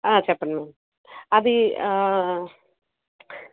చెప్పండి అది